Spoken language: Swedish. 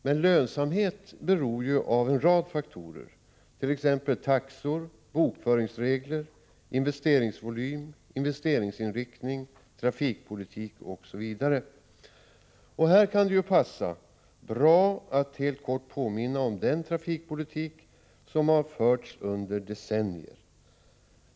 Men lönsamhet beror av en rad faktorer, t.ex. taxor, bokföringsregler, investeringsvolym, investeringsinriktning och trafikpolitik. Här kan det passa bra att helt kort påminna om den trafikpolitik som har förts under decennier.